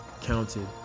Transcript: counted